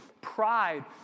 pride